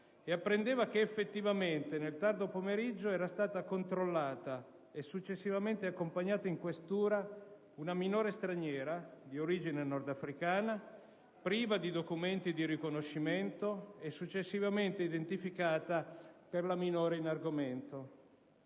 e apprendeva che effettivamente nel tardo pomeriggio era stata controllata e successivamente accompagnata in questura una minore straniera di origine nordafricana, priva di documenti di riconoscimento e successivamente identificata per la minore in argomento.